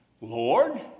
Lord